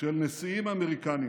של נשיאים אמריקנים